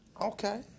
Okay